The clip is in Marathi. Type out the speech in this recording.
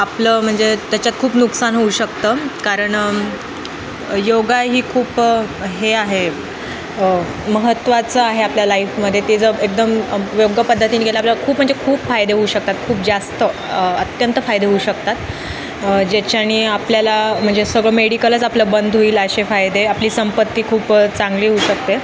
आपलं म्हणजे त्याच्यात खूप नुकसान होऊ शकतं कारण योगा ही खूप हे आहे महत्त्वाचं आहे आपल्या लाईफमध्ये ते जर एकदम योग्य पद्धतीने केल्या आपल्याला खूप म्हणजे खूप फायदे होऊ शकतात खूप जास्त अत्यंत फायदे होऊ शकतात ज्याच्याने आपल्याला म्हणजे सगळं मेडिकलच आपलं बंद होईल असे फायदे आपली संपत्ती खूप चांगली होऊ शकते